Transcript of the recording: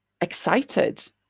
excited